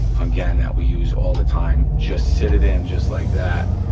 again, that we use all the time. just sit it in, just like that,